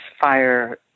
fire